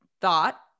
thought